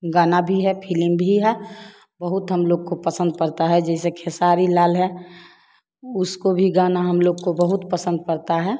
गाना भी है फिलिम भी है बहुत हम लोग को पसंद पड़ता है जैसे केसरी लाल है उसको भी गाना हम लोग को बहुत पसंद पड़ता है